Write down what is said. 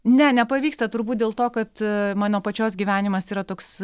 ne nepavyksta turbūt dėl to kad mano pačios gyvenimas yra toks